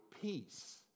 peace